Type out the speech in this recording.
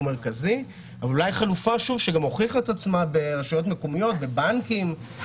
מרכזי או אולי חלופה שגם הוכיחה את עצמה ברשויות מקומיות ובבנקים,